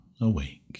awake